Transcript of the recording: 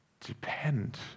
depend